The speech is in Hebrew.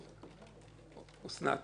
(חבר הכנסת דב חנין יוצא מהאולם) אסנת, קצר.